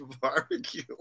barbecue